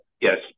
Yes